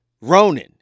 Ronan